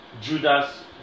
judas